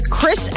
Chris